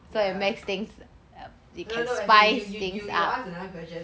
wait ah no no as in you you you you ask another question